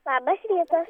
labas rytas